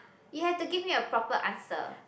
you have to give me a proper answer